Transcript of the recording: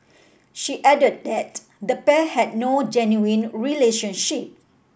she added that the pair had no genuine relationship